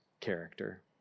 character